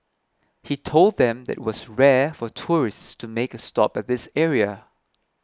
he told them that was rare for tourists to make a stop at this area